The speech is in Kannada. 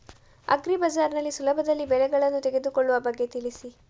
ಅಗ್ರಿ ಬಜಾರ್ ನಲ್ಲಿ ಸುಲಭದಲ್ಲಿ ಬೆಳೆಗಳನ್ನು ತೆಗೆದುಕೊಳ್ಳುವ ಬಗ್ಗೆ ತಿಳಿಸಿ